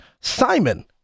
Simon